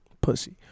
Pussy